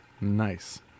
Nice